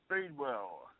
Speedwell